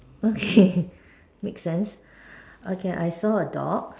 okay make sense okay I saw a dog